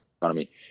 economy